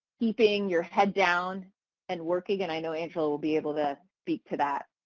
keeping your head down and working, and i know angela will be able to speak to that.